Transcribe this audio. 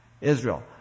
Israel